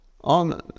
On